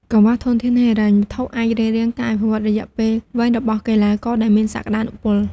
កង្វះធនធានហិរញ្ញវត្ថុអាចរារាំងការអភិវឌ្ឍន៍រយៈពេលវែងរបស់កីឡាករដែលមានសក្តានុពល។